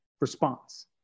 response